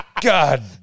God